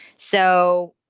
so